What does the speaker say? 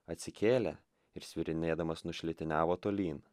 atsikėlė ir svyrinėdamas nušlitiniavo tolyn